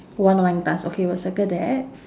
one wine glass okay we'll circle that